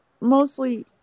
mostly